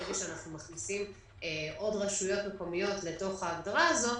ברגע שאנחנו מכניסים עוד רשויות להגדרה הזאת,